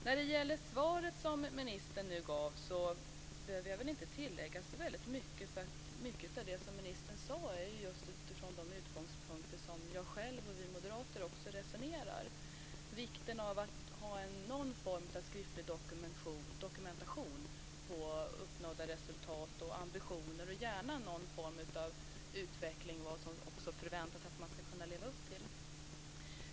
När det gäller svaret som ministern nu gav behöver jag väl inte tillägga så väldigt mycket, för mycket av det som ministern sade har ju samma utgångspunkter som jag och vi moderater har när vi resonerar om det här: vikten av att ha någon form av skriftlig dokumentation på uppnådda resultat och ambitioner, och gärna någon form av utveckling av vad man förväntas kunna leva upp till.